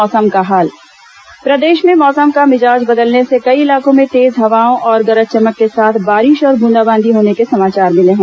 मौसम प्रदेश में मौसम का मिजाज बदलने से कई इलाकों में तेज हवाओं और गरज चमक के साथ बारिश और ब्रंदाबांदी होने के समाचार मिले हैं